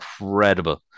incredible